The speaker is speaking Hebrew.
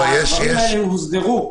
הדברים הללו הוסדרו,